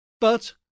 But